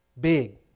big